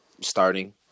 starting